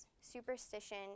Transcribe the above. superstition